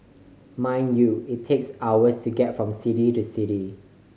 mind you it takes hours to get from city to city